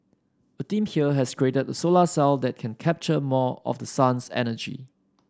a team here has created a solar cell that can capture more of the sun's energy